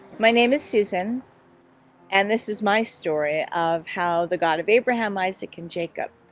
my name is susan and this is my story of how the god of abraham isaac and jacob